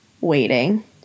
waiting